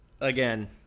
again